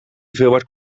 hoeveelheid